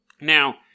Now